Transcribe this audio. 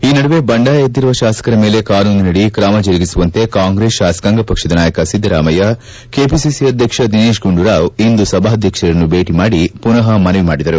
ಈ ನಡುವೆ ಬಂಡಾಯ ಎದ್ದಿರುವ ಶಾಸಕರ ಮೇಲೆ ಕಾನೂನಿನಡ್ರಿ ಕ್ರಮ ಜರುಗಿಸುವಂತೆ ಕಾಂಗ್ರೆಸ್ ಶಾಸಕಾಂಗ ಪಕ್ಷದ ನಾಯಕ ಸಿದ್ದರಾಮಯ್ಯ ಕೆಪಿಸಿಸಿ ಅಧ್ಯಕ್ಷ ದಿನೇತ್ ಗುಂಡೂರಾವ್ ಇಂದು ಸಭಾಧ್ಯಕ್ಷರನ್ನು ಭೇಟಿ ಮಾಡಿ ಪುನಃ ಮನವಿ ಮಾಡಿದರು